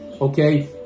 okay